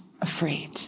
afraid